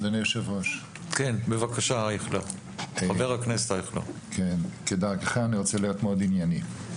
אדוני היושב-ראש, אני רוצה להיות מאוד ענייני.